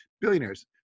Billionaires